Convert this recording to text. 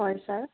হয় ছাৰ